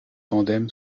tandem